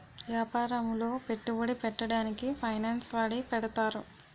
యాపారములో పెట్టుబడి పెట్టడానికి ఫైనాన్స్ వాడి పెడతారు